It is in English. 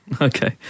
Okay